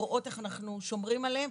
לראות איך אנחנו שומרים עליהם.